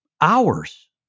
hours